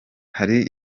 hari